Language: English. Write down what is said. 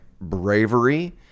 bravery